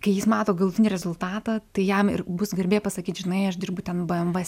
kai jis mato galutinį rezultatą tai jam ir bus garbė pasakyt žinai aš dirbu ten bė em vė